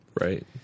Right